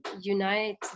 unite